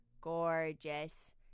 gorgeous